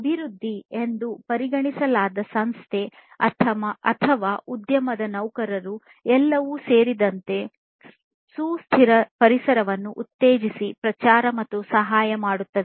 ಅಭಿವೃದ್ಧಿ ಎಂದು ಪರಿಗಣಿಸಲಾದ ಸಂಸ್ಥೆ ಅಥವಾ ಉದ್ಯಮದ ನೌಕರರು ಎಲ್ಲರಿಗೂ ಸೇರಿದಂತೆ ಸುಸ್ಥಿರ ಪರಿಸರವನ್ನು ಉತ್ತೇಜಿಸಿ ಪ್ರಚಾರ ಮತ್ತು ಸಹಾಯ ಮಾಡುತ್ತದೆ